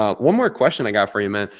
ah one more question i got for you, man.